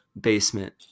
basement